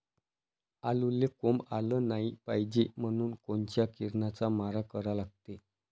आलूले कोंब आलं नाई पायजे म्हनून कोनच्या किरनाचा मारा करा लागते?